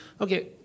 Okay